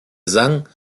sang